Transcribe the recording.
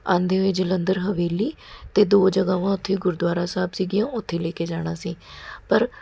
ਆਉਂਦੇ ਹੋਏ ਜਲੰਧਰ ਹਵੇਲੀ ਅਤੇ ਦੋ ਜਗ੍ਹਾਵਾਂ ਉੱਥੇ ਗੁਰਦੁਆਰਾ ਸਾਹਿਬ ਸੀਗੀਆਂ ਉੱਥੇ ਲੈ ਕੇ ਜਾਣਾ ਸੀ ਪਰ